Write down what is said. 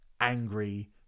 angry